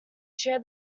share